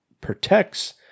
protects